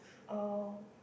oh